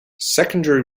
secondary